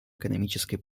экономической